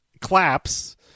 claps